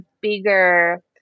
bigger